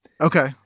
Okay